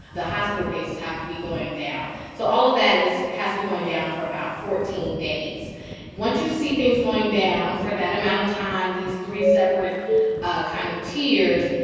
the hospital cases have to be going down. so all of that is has to be going down for about fourteen days once you see things going down for that amount of time, these three separate ah kind of tiers,